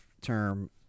term